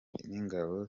n’ingabo